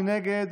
מי נגד?